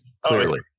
clearly